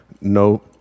No